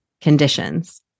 conditions